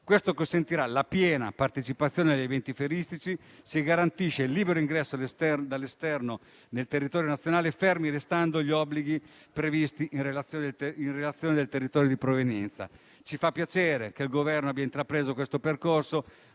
Ciò consentirebbe la piena partecipazione ad eventi fieristici. Si garantisce il libero ingresso dall'esterno nel territorio nazionale, fermi restando gli obblighi previsti in relazione al territorio di provenienza. Ci fa piacere che il Governo abbia intrapreso questo percorso.